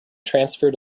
transfer